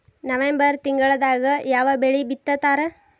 November ತಿಂಗಳದಾಗ ಯಾವ ಬೆಳಿ ಬಿತ್ತತಾರ?